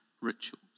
rituals